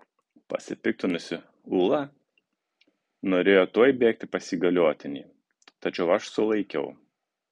pasipiktinusi ula norėjo tuoj bėgti pas įgaliotinį tačiau aš sulaikiau